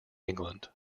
england